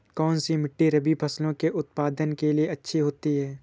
कौनसी मिट्टी रबी फसलों के उत्पादन के लिए अच्छी होती है?